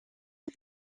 des